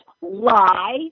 lie